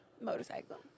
Motorcycle